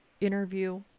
interview